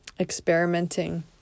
experimenting